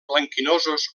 blanquinosos